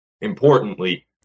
importantly